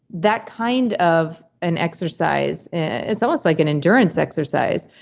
that kind of an exercise, it's almost like an endurance exercise.